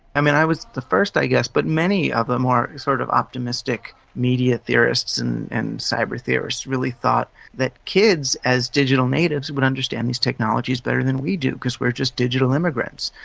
i mean i was the first i guess, but many of the more sort of optimistic media theorists and and cyber theorists really thought that kids as digital natives would understand these technologies better than we do, because we're just digital immigrants.